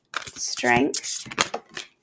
Strength